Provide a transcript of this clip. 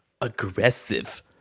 aggressive